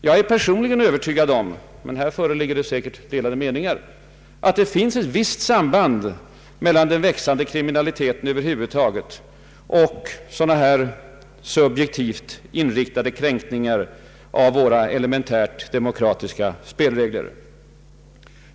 Jag är personligen övertygad om — men här föreligger kanske delade meningar — att det finns ett samband mellan den växande kriminaliteten över huvud taget och sådana här subjektivt inriktade kränkningar av våra elementära demokratiska spelregler.